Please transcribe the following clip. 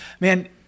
man